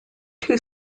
two